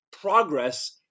progress